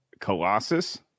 Colossus